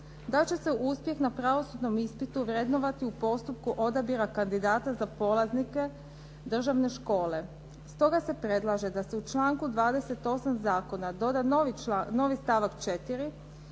da će uspjeh na pravosudnom ispitu vrednovati u postupku odabira kandidata za polaznike državne škole. Stoga se predlaže da se u članku 28. zakona doda novi stavak 4.